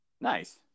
Nice